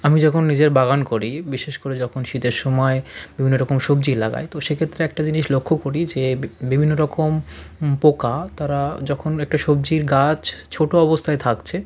আমি যখন নিজের বাগান করি বিশেষ করে যখন শীতের সময় বিভিন্ন রকম সবজি লাগাই তো সেক্ষেত্রে একটা জিনিস লক্ষ করি যে বিভিন্ন রকম পোকা তারা যখন একটা সবজির গাছ ছোটো অবস্থায় থাকছে